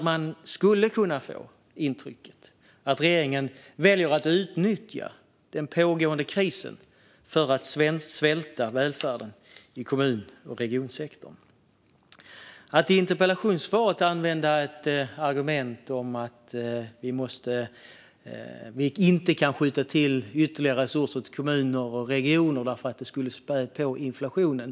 Man skulle kunna få intrycket att regeringen väljer att utnyttja den pågående krisen för att svälta välfärden i kommun och regionsektorn. I interpellationssvaret säger man att man inte kan skjuta till ytterligare resurser till kommunerna och regionerna med argumentet att det skulle spä på inflationen.